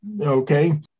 okay